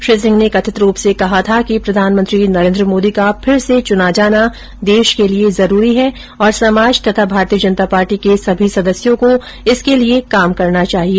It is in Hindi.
श्री सिंह ने कथित रूप से कहा था कि प्रधानमंत्री नरेन्द्र मोदी का फिर से चूना जाना देश के लिए जरूरी है और समाज तथा भारतीय जनता पार्टी के सभी सदस्यों को इसके लिए काम करना चाहिए